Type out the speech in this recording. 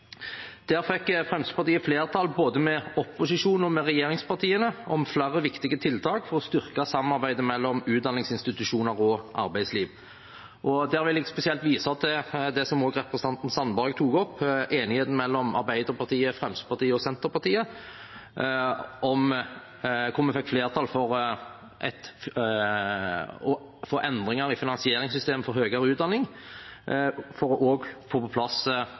fikk Fremskrittspartiet flertall, med både opposisjonen og regjeringspartiene, om flere viktige tiltak for å styrke samarbeidet mellom utdanningsinstitusjoner og arbeidsliv. Jeg vil spesielt vise til det som også representanten Sandberg tok opp, nemlig enigheten mellom Arbeiderpartiet, Fremskrittspartiet og Senterpartiet. Vi fikk flertall for endringer i finansieringssystemene for høyere utdanning og fikk på plass